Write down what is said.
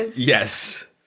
Yes